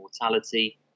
mortality